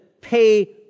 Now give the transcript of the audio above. pay